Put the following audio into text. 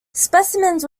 specimens